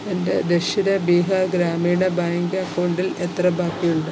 എൻ്റെ ദക്ഷിണ ബിഹാർ ഗ്രാമീണ ബാങ്ക് അക്കൗണ്ടിൽ എത്ര ബാക്കിയുണ്ട്